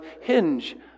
hinge